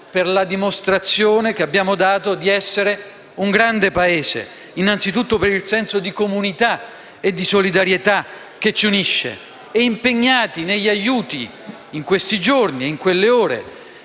per la dimostrazione che abbiamo dato di essere un grande Paese, innanzitutto per il senso di comunità e di solidarietà che ci unisce. Sono stati e sono impegnati negli aiuti, in questi giorni e in quelle ore,